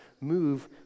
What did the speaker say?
move